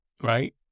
Right